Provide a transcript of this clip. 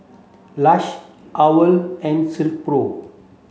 Lush OWL and Silkpro